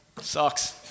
Sucks